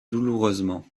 douloureusement